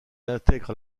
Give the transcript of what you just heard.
intègre